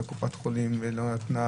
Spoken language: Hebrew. וקופת חולים לא נתנה,